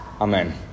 amen